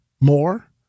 more